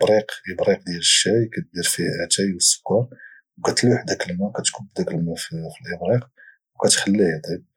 بريق ديال الشاي كدير فيه اتاي او السكر او كتلوح داك الما كتكب داك الما في الإبريق او كتخليه اطيب